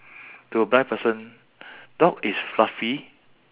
to a blind person dog is fluffy